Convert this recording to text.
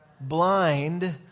blind